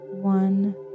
One